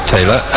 Taylor